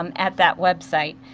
um at that website.